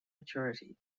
maturity